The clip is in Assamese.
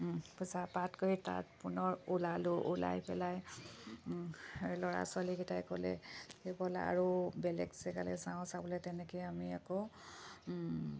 পূজা পাত কৰি তাত পুনৰ ওলালোঁ ওলাই পেলাই ল'ৰা ছোৱালীকেইটাই ক'লে ব'লা আৰু বেলেগ জেগালৈ যাওঁ চাবলৈ তেনেকৈ আমি আকৌ